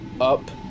up